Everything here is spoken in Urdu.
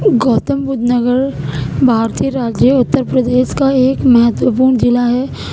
گوتم بدھ نگر بھارتیہ راجیہ ات رپردیش کا ایک مہتوپورن ضلع ہے